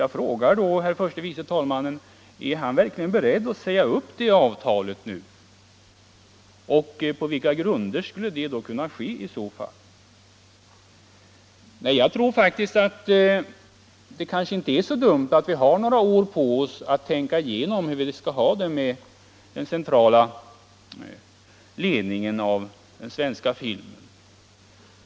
Jag frågar då herr förste vice talmannen om han verkligen är beredd att säga upp det avtalet nu. På vilka grunder skulle det i så fall kunna ske? Det kanske inte är så dumt att vi får några år på oss att tänka igenom hur vi skall ha de: med den centrala ledningen av den svenska filmen.